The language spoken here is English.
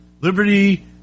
liberty